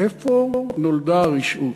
מאיפה נולדה הרשעות?